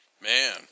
Man